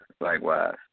likewise